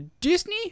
Disney